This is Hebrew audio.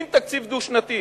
אם תקציב דו-שנתי